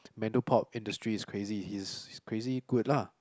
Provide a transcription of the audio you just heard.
Mandopop industry he's crazy he's he's crazy good lah